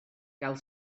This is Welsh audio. gael